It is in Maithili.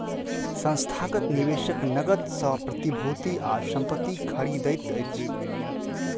संस्थागत निवेशक नकद सॅ प्रतिभूति आ संपत्ति खरीदैत अछि